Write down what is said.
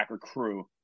crew